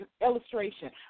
illustration